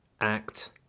act